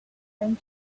feng